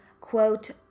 quote